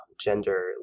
gender